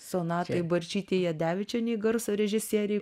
sonatai barčytei jadevičienei garso režisierei